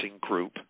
Group